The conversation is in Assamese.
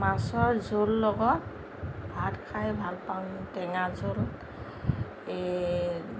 মাছৰ জোল লগত ভাত খাই ভাল পাওঁ টেঙা জোল এই